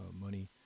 money